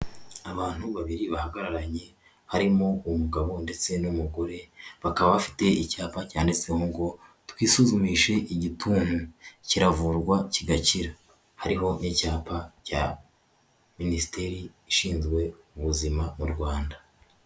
Abantu babiri bahagararanye harimo umugabo ndetse n'umugore, bakaba bafite icyapa cyanditseho ngo twisuzumishe igituntu, kiravurwa kigakira, hariho n'icyapa cya minisiteri ishinzwe ubuzima mu Rwanda.